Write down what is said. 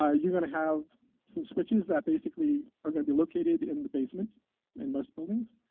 ah you're going to have some switches that basically are going to be located in the basement in most buildings,